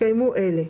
יתקיימו אלה: